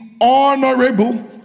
honorable